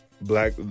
black